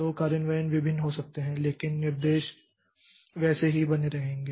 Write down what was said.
तो कार्यान्वयन भिन्न हो सकते हैं लेकिन विनिर्देश वैसे ही बने रहेंगे